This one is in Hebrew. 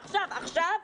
עכשיו,